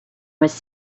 was